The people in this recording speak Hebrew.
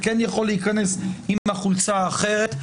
אתה כן יכול להיכנס עם החולצה האחרת.